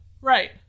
Right